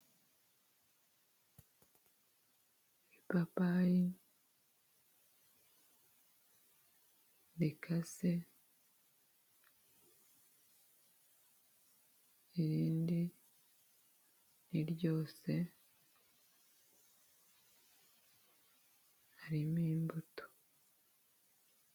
Ipapayi rikase, irindi ni ryose harimo imbuto.